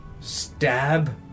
Stab